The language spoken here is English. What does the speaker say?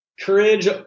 Courage